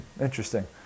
interesting